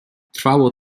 trwało